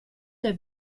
der